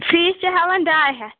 fees چھِ ہیوَن ڈاے ہَتھ